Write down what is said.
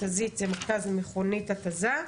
מכת"זית זה מרכז מכונית התזה,